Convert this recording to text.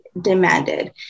demanded